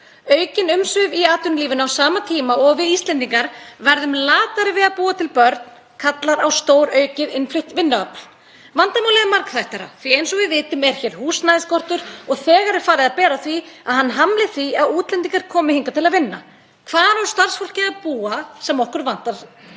Aukin umsvif í atvinnulífinu á sama tíma og við Íslendingar verðum latari við að búa til börn kallar á stóraukið innflutt vinnuafl. Vandamálið er margþættara því eins og við vitum er hér húsnæðisskortur og þegar er farið að bera á því að hann hamli því að útlendingar komi hingað til að vinna. Hvar á starfsfólkið sem okkur vantar